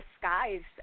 disguised